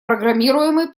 программируемый